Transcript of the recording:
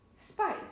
spice